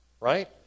right